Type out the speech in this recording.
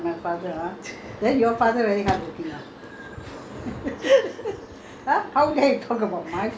you stay in the you you talk about my father ah you talk about my father ah then your father very hardworking ah